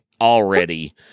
already